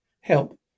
Help